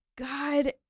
God